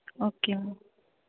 okay ma'am